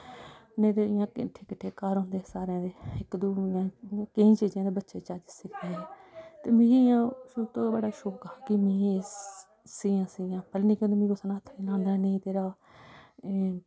नेईं ते इ'यां किट्ठे किट्ठे घर होंदे सारें दे इक दूए केईं चीज़ें दे बच्चे चज्ज सिखदे हे ते मिगी इ'यां शुरू तो बड़ा शौंक हा कि मीं एह् सियां सियां पैह्लें निक्के होंदे मिगी कुसै हत्थ निं लान देना नेईं तेरा